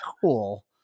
cool